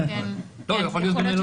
הוא יכול להיות במלונית.